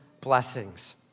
blessings